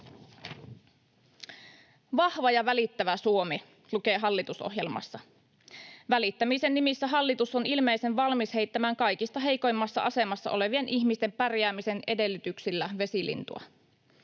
”Vahva ja välittävä Suomi”, lukee hallitusohjelmassa. Välittämisen nimissä hallitus on ilmeisen valmis heittämään kaikista heikoimmassa asemassa olevien ihmisten pärjäämisen edellytyksillä vesilintua.